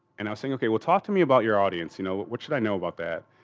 and i'm saying, ok, well, talk to me about your audience, you know, what should i know about that?